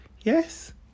Yes